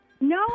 No